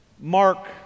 Mark